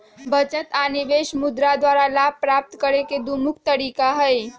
बचत आऽ निवेश मुद्रा द्वारा लाभ प्राप्त करेके दू मुख्य तरीका हई